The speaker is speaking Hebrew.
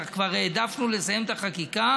אך כבר העדפנו לסיים את החקיקה